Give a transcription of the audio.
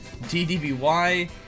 DDBY